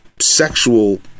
sexual